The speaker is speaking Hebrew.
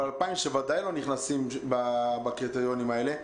אבל ה-2,000 שוודאי לא נכנסים בקריטריונים האלה,